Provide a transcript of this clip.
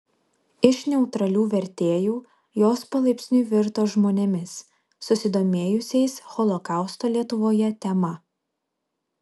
iš neutralių vertėjų jos palaipsniui virto žmonėmis susidomėjusiais holokausto lietuvoje tema